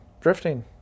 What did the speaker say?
drifting